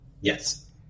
Yes